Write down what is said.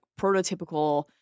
prototypical